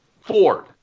Ford